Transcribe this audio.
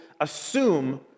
assume